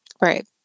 Right